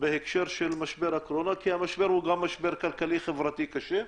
בגלל הקורונה כי המשבר הוא גם משבר כלכלי חברתי קשה.